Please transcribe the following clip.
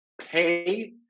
pay